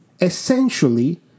essentially